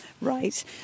Right